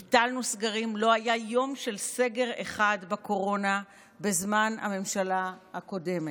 ביטלנו סגרים לא היה יום של סגר אחד בקורונה בזמן הממשלה הקודמת,